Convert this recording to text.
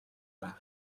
байх